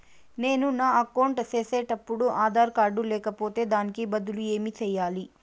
నేను నా అకౌంట్ సేసేటప్పుడు ఆధార్ కార్డు లేకపోతే దానికి బదులు ఏమి సెయ్యాలి?